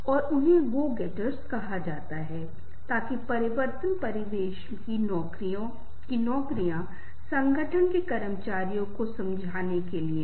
हमें जल्दबाज़ी में दोस्ती नहीं करनी चाहिए क्योंकि कई बार हम भावनाओं से बाहर अवसाद से बाहर कुछ समस्या से बाहर होते हैं क्या होता है बहुत आसानी से हम किसी के करीब आ जाते हैं